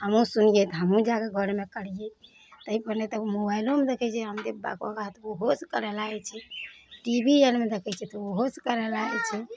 हमहुॅं सुनियै तऽ हमहुँ जाके घरमे करियै तैॅं पहिने तऽ मोबाइलोमे देखै छै रामदेब बाबाके योगा तऽ ओहो सऽ करय लागै छियै टी वी आरमे देखै छै तऽ ओहो से करय लागै छै